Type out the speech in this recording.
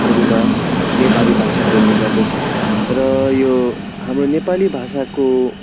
हरूमा नेपाली भाषा बोल्ने गर्दछ र यो हाम्रो नेपाली भाषाको